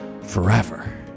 forever